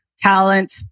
Talent